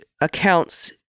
accounts